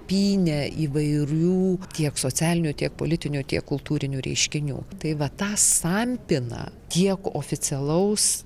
pynę įvairių tiek socialinių tiek politinių tiek kultūrinių reiškinių tai va tą sampyną tiek oficialaus